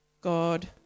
God